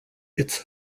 its